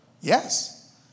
Yes